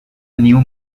new